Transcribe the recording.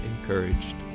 encouraged